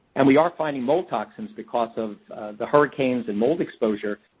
and we are finding mold toxins because of the hurricanes and mold exposure.